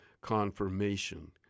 confirmation